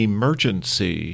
Emergency